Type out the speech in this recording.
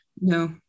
No